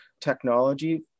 technology